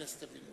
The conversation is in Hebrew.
זה מעניין אותי.